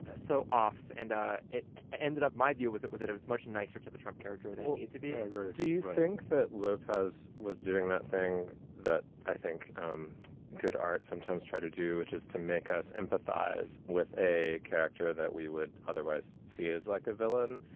ah so off. and ah it ended up my view was it was it was much nicer to the trump character than it to be i agree do you think that lupo's was doing that thing that i think um good art sometimes tried to do, which is to make us empathize with a character that we would otherwise see as like a villain?